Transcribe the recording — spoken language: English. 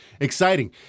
exciting